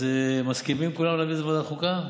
אז מסכימים כולם להעביר את זה לוועדת החוקה?